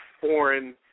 foreign